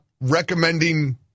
recommending